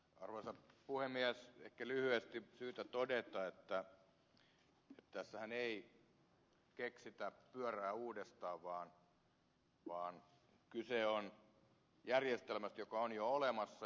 ehkä on lyhyesti syytä todeta että tässähän ei keksitä pyörää uudestaan vaan kyse on järjestelmästä joka on jo olemassa